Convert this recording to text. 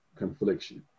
confliction